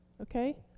okay